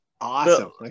awesome